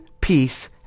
peace